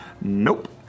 nope